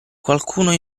qualcuno